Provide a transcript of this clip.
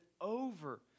over